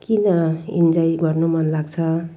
किन इन्जोई गर्नु मन लाग्छ